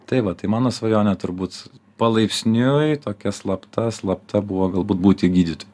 tai va tai mano svajonė turbūt palaipsniui tokia slapta slapta buvo galbūt būti gydytoju